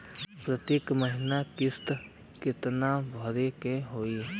प्रति महीना किस्त कितना भरे के होई?